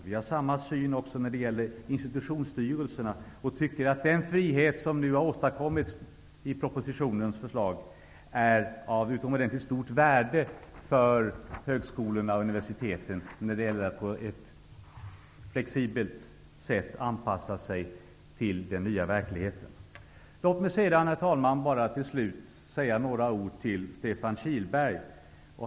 Vi har samma syn också när det gäller institutionsstyrelserna och tycker att den frihet som nu har åstadkommits i förslaget i propositionen är av utomordentligt stort värde för högskolorna och universiteten för att de på ett flexibelt sätt skall kunna anpassa sig till den nya verkligheten. Låt mig till slut, herr talman, bara säga några ord till Stefan Kihlberg.